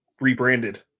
rebranded